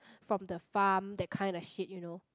from the farm that kind of shit you know